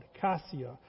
cassia